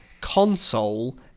console